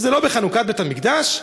זה לא בחנוכת בית-המקדש?